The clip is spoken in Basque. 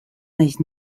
naiz